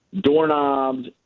doorknobs